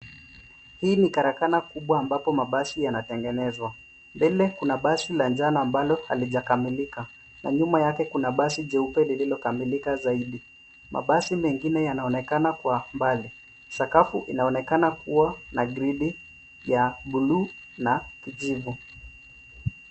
Hii ni karakana kubwa ambapo mabasi yanategenezwa. Mbele kuna basi la njano ambalo halijakamilika na nyuma yake kuna basi jeupe lililokamilika zaidi. Mabasi mengine yanaonekana kwa mbali. Sakafu inaonekana kuwa na gridi ya bluu na kijivu.